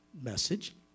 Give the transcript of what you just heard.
message